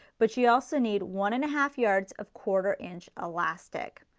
but you also need one and a half yards of quarter inch elastic.